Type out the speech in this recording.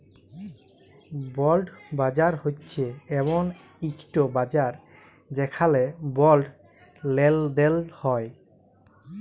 বল্ড বাজার হছে এমল ইকট বাজার যেখালে বল্ড লেলদেল হ্যয়